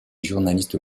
journaliste